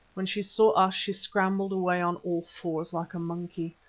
when she saw us she scrambled away on all fours like a monkey.